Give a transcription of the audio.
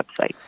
website